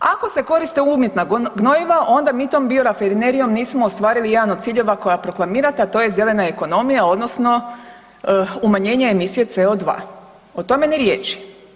Ako se koriste umjetne gnojiva onda mi tom biorafinerijom nismo ostvarili jedan od ciljeva koja proklamirate, a to je zelena ekonomija odnosno umanjenje emisije CO2, o tome ni riječi.